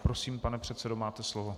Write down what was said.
Prosím, pane předsedo, máte slovo.